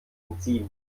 entziehen